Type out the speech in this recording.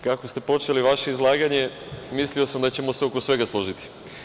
Kako ste počeli vaše izlaganje mislio sam da ćemo se oko svega složiti.